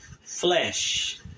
flesh